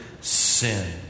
sin